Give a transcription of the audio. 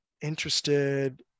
interested